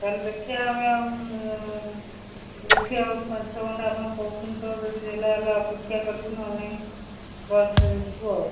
ତା'ହେଲେ ଦେଖିବା ଆମେ ଆଉ ଦେଖିବା ଆଉ ପାଞ୍ଚ ଛଅ ଘଣ୍ଟା ଆପଣ କହୁଛନ୍ତି ତ ଯଦି ହେଲା ହେଲା ଅପେକ୍ଷା କରିବୁ ନହେଲେ ନାହିଁ ବସରେ ଯିବୁ ଆଉ